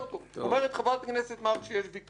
אומרת חברת הכנסת מארק שיש פיקוח.